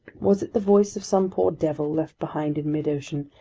was it the voice of some poor devil left behind in midocean,